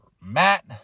Matt